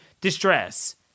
distress